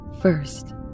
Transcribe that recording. first